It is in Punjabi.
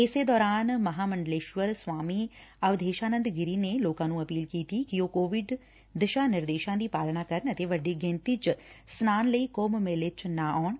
ਇਸੇ ਦੌਰਾਨ ਮਹਾਂ ਮੰਡਲੇਸ਼ਵਰ ਸਵਾਮੀ ਅਣਧੇਸ਼ਾ ਨੰਦ ਗਿਰੀ ਨੇ ਲੋਕਾ ਨੂੰ ਅਪੀਲ ਕੀਤੀ ਕਿ ਉਹ ਕੋਵਿਡ ਦਿਸ਼ਾ ਨਿਰਦੇਸ਼ਾਂ ਦੀ ਪਾਲਣਾ ਕਰਨ ਅਤੇ ਵੱਡੀ ਗਿਣਤੀ ਚ ਸਨਾਨ ਲਈ ਕੁੰਭ ਮੇਲੇ ਚ ਨਾ ਆਉਣ